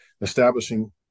establishing